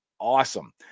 awesome